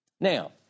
Now